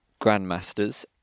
Grandmasters